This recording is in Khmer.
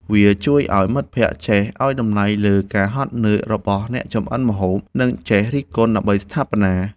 វាជួយឱ្យមិត្តភក្តិចេះឱ្យតម្លៃលើការនឿយហត់របស់អ្នកចម្អិនម្ហូប និងចេះរិះគន់ដើម្បីស្ថាបនា។